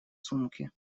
сумке